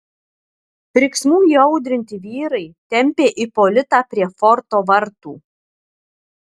riksmų įaudrinti vyrai tempė ipolitą prie forto vartų